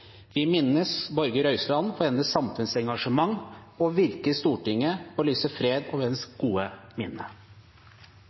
Vi minnes Borghild Røyseland for hennes samfunnsengasjement og virke i Stortinget og lyser fred over